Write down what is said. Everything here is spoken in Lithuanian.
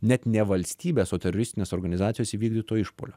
net ne valstybės o teroristinės organizacijos įvykdyto išpuolio